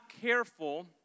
careful